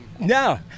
No